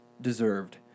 deserved